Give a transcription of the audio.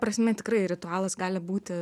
prasme tikrai ritualas gali būti